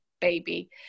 baby